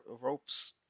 ropes